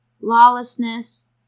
lawlessness